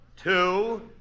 two